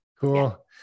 cool